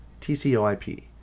TCOIP